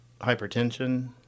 hypertension